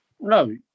no